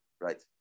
right